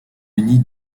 denys